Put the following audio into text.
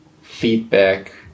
feedback